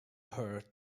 her